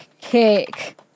cake